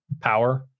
power